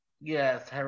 Yes